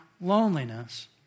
loneliness